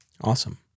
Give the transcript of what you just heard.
Awesome